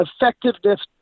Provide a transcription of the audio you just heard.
effectiveness